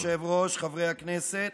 אדוני היושב-ראש, חברי הכנסת,